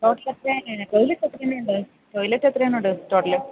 total എത്രയാണ് toilet എത്ര എണ്ണം ഉണ്ട് ടോയ്ലറ്റ് എത്ര എണ്ണം ഉണ്ട് ടോട്ടല്